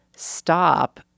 stop